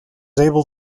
able